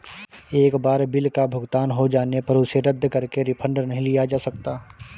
एक बार बिल का भुगतान हो जाने पर उसे रद्द करके रिफंड नहीं लिया जा सकता